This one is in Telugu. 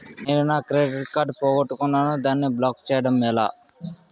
నేను నా క్రెడిట్ కార్డ్ పోగొట్టుకున్నాను దానిని బ్లాక్ చేయడం ఎలా?